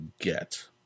get